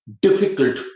difficult